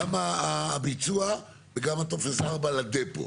גם הביצוע וגם הטופס 4 לדפו.